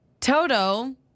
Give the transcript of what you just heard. Toto